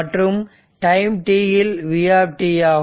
மற்றும் time t இல் v ஆகும்